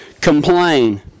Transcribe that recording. complain